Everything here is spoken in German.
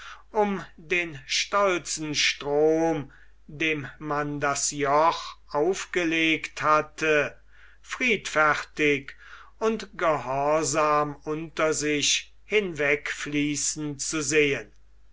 um den stolzen strom dem man das joch aufgelegt hatte friedfertig und gehorsam unter sich hinwegfließen zu sehen